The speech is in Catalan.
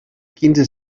quinze